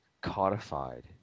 codified